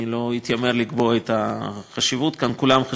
ואני לא אתיימר לקבוע את החשיבות כאן,